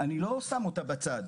אני לא שם אותה בצד,